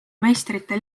meistrite